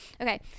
Okay